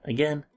Again